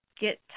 get